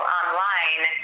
online